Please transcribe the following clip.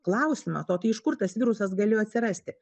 klausimą o tai iš kur tas virusas galėjo atsirasti